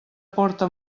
porta